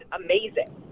amazing